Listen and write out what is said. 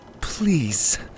Please